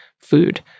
food